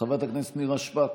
חבר הכנסת ולדימיר בליאק,